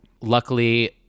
luckily